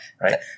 Right